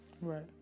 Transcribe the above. right